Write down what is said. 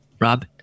Rob